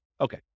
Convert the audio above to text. Okay